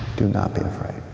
do not be afraid.